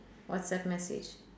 whatsapp message